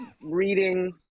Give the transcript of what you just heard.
reading